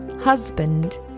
husband